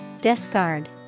Discard